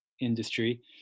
industry